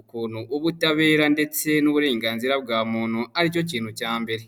ukuntu ubutabera ndetse n'uburenganzira bwa muntu ari cyo kintu cya mbere.